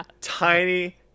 tiny